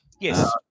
Yes